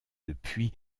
depuis